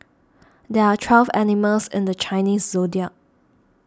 there are twelve animals in the Chinese zodiac